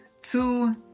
two